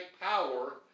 power